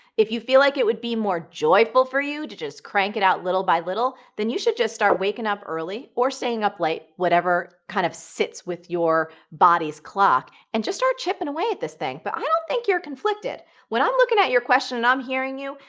if you feel like it would be more joyful for you to just crank it out little by little, then you should just start waking up early or staying up late, whatever kind of sits with your body's clock, and just start chipping away at this thing. but i don't think you're conflicted. when i'm looking at your question and i'm hearing you,